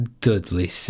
Dudley